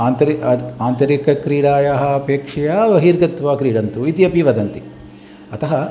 आन्तरि आन्तरिकक्रीडायाः अपेक्षया बहिर्गत्वा क्रीडन्तु इति अपि वदन्ति अतः